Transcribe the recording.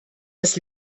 das